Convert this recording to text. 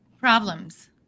problems